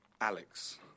Alex